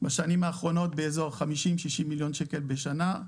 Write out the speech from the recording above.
בשנים האחרונות באזור 50 60 מיליון שקל בשנה.